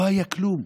לא היה כלום.